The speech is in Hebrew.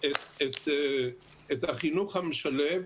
החינוך המשלב,